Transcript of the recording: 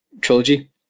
trilogy